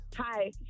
Hi